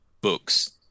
books